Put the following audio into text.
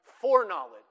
foreknowledge